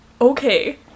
Okay